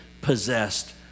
possessed